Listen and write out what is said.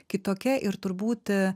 kitokia ir turbūt